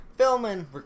Filming